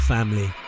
Family